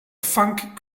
funk